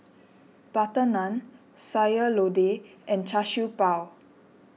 Butter Naan Sayur Lodeh and Char Siew Bao